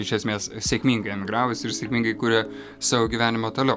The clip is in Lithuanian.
iš esmės sėkmingai emigravusi ir sėkmingai kuria savo gyvenimą toliau